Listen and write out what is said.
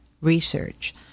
research